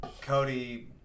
Cody